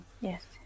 Yes